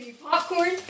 popcorn